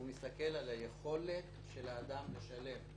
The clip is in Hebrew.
הוא מסתכל על היכולת של האדם לשלם,